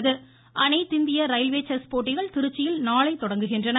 chess அனைத்திந்திய railway chess போட்டிகள் திருச்சியில் நாளை தொடங்குகின்றன